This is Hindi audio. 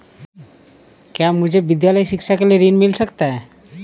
क्या मुझे विद्यालय शिक्षा के लिए ऋण मिल सकता है?